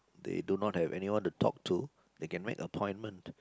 they do not have anyone to talk to they can make appointment